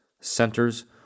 centers